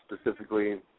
Specifically